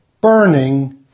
burning